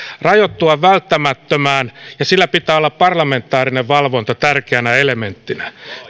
rajoituttava välttämättömään ja sillä pitää olla parlamentaarinen valvonta tärkeänä elementtinä